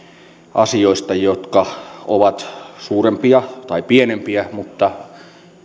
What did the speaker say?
asioista jotka ovat suurempia tai pienempiä mutta